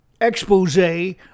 expose